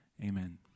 Amen